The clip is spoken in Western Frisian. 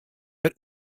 wer